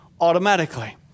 automatically